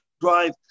drive